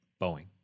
Boeing